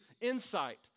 insight